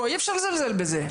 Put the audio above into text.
אי אפשר לזלזל בזה.